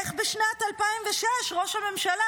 איך בשנת 2006 ראש הממשלה,